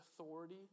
authority